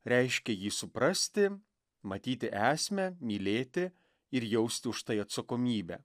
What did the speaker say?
reiškia jį suprasti matyti esmę mylėti ir jausti už tai atsakomybę